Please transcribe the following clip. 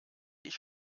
ich